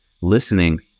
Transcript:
listening